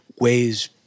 ways